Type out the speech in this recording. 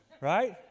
right